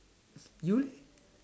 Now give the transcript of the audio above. you leh